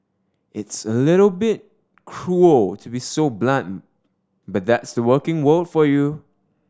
it's a little bit cruel to be so blunt but that's the working world for you